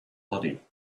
body